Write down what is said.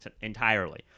entirely